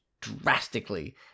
drastically